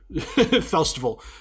festival